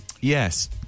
Yes